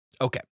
Okay